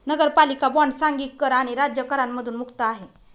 नगरपालिका बॉण्ड सांघिक कर आणि राज्य करांमधून मुक्त आहे